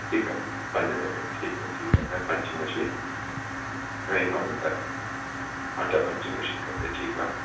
ठीकु आहे पंज पैकेट ठीकु आहे ठीकु आहे ऐं पंचिग मशीन घणी खपनि तव्हां खे अठ पंचिंग मशीन खपे ठीकु आहे